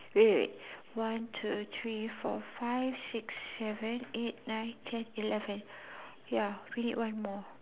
wait wait wait one two three four five six seven eight nine ten eleven ya we need one more